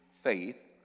faith